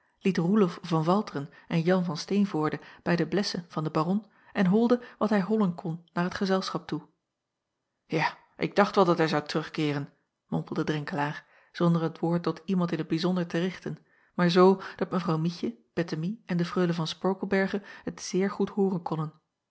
oelof van alteren en an van teenvoorde bij de blessen van den aron en holde wat hij hollen kon naar het gezelschap toe a ik dacht wel dat hij terug zou keeren mompelde renkelaer zonder het woord tot iemand in t bijzonder te richten maar zoo dat evrouw ietje ettemie en de reule van porkelberghe t zeer goed hooren konnen